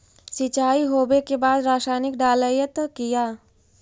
सीचाई हो बे के बाद रसायनिक डालयत किया?